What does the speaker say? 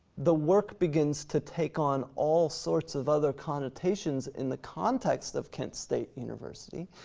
the work begins to take on all sorts of other connotations in the context of kent state university,